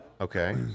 Okay